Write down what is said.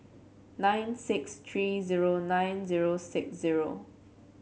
nine six three zero nine zero six zero